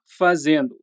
FAZENDO